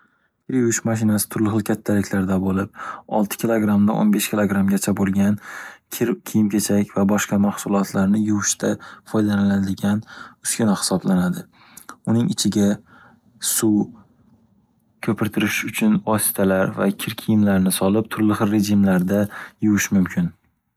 Kir yuvish mashinasi turli xil kattalikda bo’lib, olti kilogramdan o'n besh kilogramgacha bo’lgan kir kiyim kechak va boshqa maxsulotlarni yuvishda foydalaniladigan uskuna hisoplaniladi. Uning ichiga suv, ko’pirtirish uchun vositalar kir kiyimlarni solib turli xil rejimlarda yuvish mumkin.